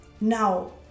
Now